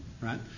right